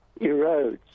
erodes